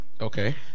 Okay